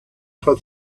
for